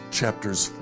chapters